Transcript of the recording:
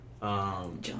John